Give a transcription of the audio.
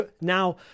now